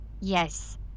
Yes